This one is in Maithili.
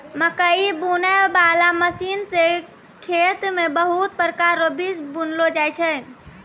मकैइ बुनै बाला मशीन से खेत मे बहुत प्रकार रो बीज बुनलो जाय छै